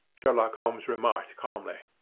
sherlock holmes remarked calmly.